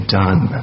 done